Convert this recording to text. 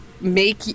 make